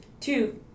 Two